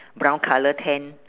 brown colour tent